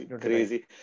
Crazy